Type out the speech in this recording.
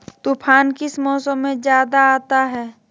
तूफ़ान किस मौसम में ज्यादा आता है?